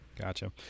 gotcha